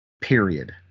period